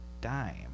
dime